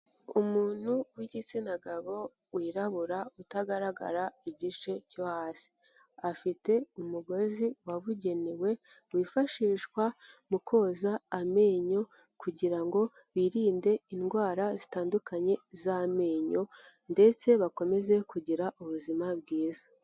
Umuntu w'igitsina gabo wirabura utagaragara igice cyo hasi, afite umugozi wabugenewe wifashishwa mu koza amenyo kugira ngo birinde indwara zitandukanye z'amenyo ndetse bakomeze kugira ubuzima bwiza.